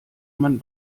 man